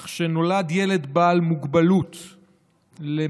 אך כשנולד ילד בעל מוגבלות למשפחה,